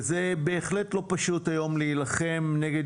וזה בהחלט לא פשוט היום להילחם נגד